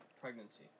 pregnancy